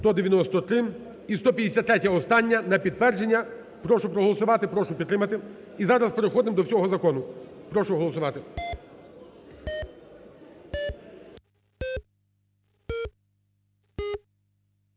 За-193 І 153-я, остання, на підтвердження. Прошу проголосувати, прошу підтримати і зараз переходимо до всього закону. Прошу голосувати.